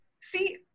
See